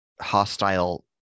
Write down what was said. hostile